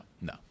no